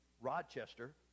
Rochester